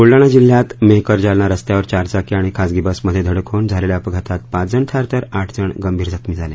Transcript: बुलडाणा जिल्ह्यात मेहकर जालना रस्त्यावर चारचाकी आणि खासगी बसमध्ये धडक होऊन झालेल्या अपघातात पाच जण ठार तर आठ जण गंभीर जखमी झाले